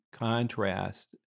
contrast